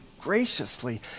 graciously